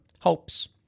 hopes